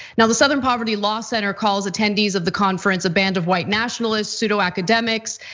now the southern poverty law center calls attendees of the conference a band of white nationalists, pseudo academics,